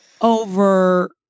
over